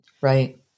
right